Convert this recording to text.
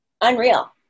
unreal